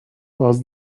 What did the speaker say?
does